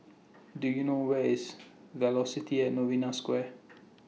Do YOU know Where IS Velocity At Novena Square